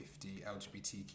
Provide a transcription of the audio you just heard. LGBTQ